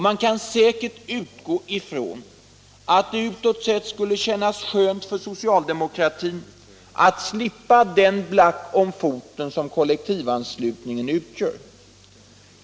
Man kan säkert utgå från att det utåt sett skulle kännas skönt för socialdemokratin att slippa den black om foten som kollektivanslutningen utgör.